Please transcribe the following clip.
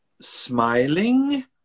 smiling